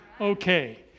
Okay